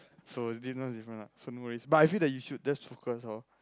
so so no worries but I feel that you should just focus lor